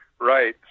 Right